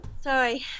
sorry